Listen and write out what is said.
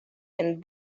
and